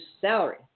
salary